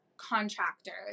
contractors